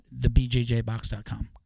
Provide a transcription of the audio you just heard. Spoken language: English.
TheBJJBox.com